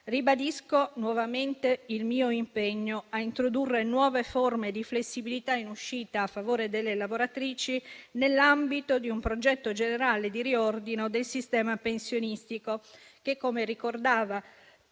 Ribadisco nuovamente il mio impegno a introdurre nuove forme di flessibilità in uscita a favore delle lavoratrici, nell'ambito di un progetto generale di riordino del sistema pensionistico, che - come ricordava